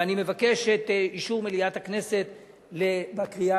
ואני מבקש את אישור מליאת הכנסת בקריאה